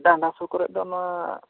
ᱰᱟᱸᱰᱟ ᱦᱟᱹᱥᱩ ᱠᱚᱨᱮ ᱫᱚ ᱱᱚᱣᱟ